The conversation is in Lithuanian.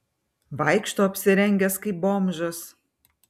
vaikšto apsirengęs kaip bomžas